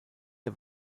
der